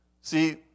See